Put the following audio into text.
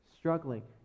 struggling